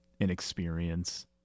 inexperience